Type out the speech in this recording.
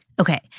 Okay